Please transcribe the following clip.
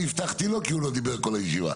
הבטחתי לו כי הוא לא דיבר כל הישיבה.